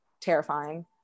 terrifying